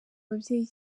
ababyeyi